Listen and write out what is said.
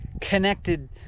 connected